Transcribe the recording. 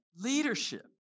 Leadership